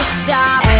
stop